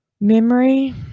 memory